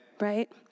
right